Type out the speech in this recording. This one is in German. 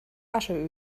asche